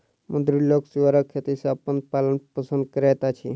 समुद्री लोक सीवरक खेती सॅ अपन पालन पोषण करैत अछि